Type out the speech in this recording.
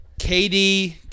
KD